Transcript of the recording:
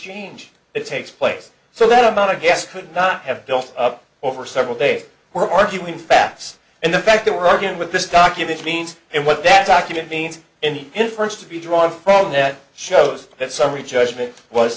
change it takes place so that amount of gas could not have built up over several days we're arguing facts and the fact that we're arguing with this document means and what that document means any inference to be drawn from that shows that summary judgment was